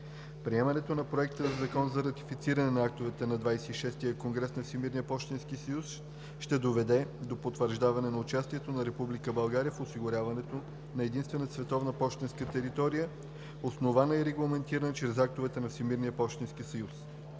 Приемането на Проекта на закон за ратифициране на актовете на XXVI Конгрес на Всемирния пощенски съюз ще доведе до потвърждаване на участието на Република България в осигуряването на единна световна пощенска територия, основана и регламентирана чрез актовете на ВПС, осигуряване на